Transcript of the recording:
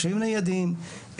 מחשבים ניידים,